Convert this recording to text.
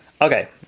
Okay